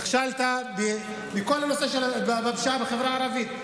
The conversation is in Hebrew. נכשלת בכל הנושא של הפשיעה בחברה הערבית.